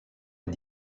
est